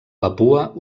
papua